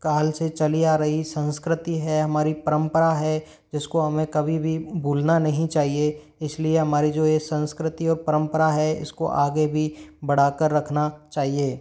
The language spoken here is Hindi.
काल से चली आ रही संस्कृति है हमारी परंपरा है जिसको हमें कभी भी भूलना नहीं चाहिए इसलिए हमारी जो ये संस्कृति और परंपरा है इसको आगे भी बढ़ा कर रखना चाहिए